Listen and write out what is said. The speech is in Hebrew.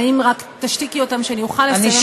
רק תשתיקי אותם שאני אוכל לסיים, אז אני אסיים.